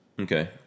okay